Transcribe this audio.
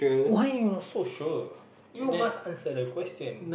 why you not so sure you must answer the question